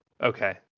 okay